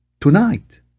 tonight